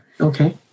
Okay